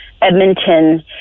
Edmonton